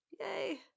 Yay